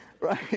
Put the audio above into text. Right